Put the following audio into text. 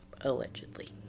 Allegedly